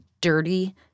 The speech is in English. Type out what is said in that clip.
dirty